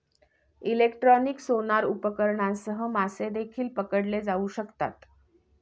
electronic sonar उपकरणांसह मासे देखील पकडले जाऊ शकतात